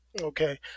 Okay